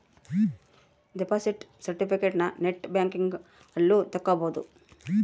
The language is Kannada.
ದೆಪೊಸಿಟ್ ಸೆರ್ಟಿಫಿಕೇಟನ ನೆಟ್ ಬ್ಯಾಂಕಿಂಗ್ ಅಲ್ಲು ತಕ್ಕೊಬೊದು